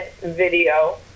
video